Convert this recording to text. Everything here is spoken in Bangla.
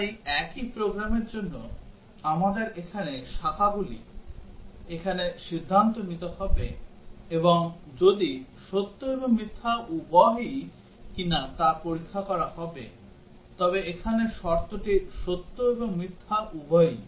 তাই একই প্রোগ্রামের জন্য আমাদের এখানে শাখাগুলি এখানে সিদ্ধান্ত নিতে হবে এবং যদি সত্য এবং মিথ্যা উভয়ই কিনা তা পরীক্ষা করা হবে তবে এখানে শর্তটি সত্য এবং মিথ্যা উভয়ই